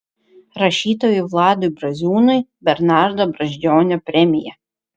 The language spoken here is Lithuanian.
rašytojui vladui braziūnui bernardo brazdžionio premija